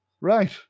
Right